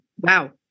wow